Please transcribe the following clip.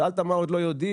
שאלת מה עוד לא יודעים,